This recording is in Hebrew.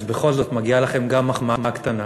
אז בכל זאת מגיעה לכם גם מחמאה קטנה,